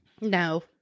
No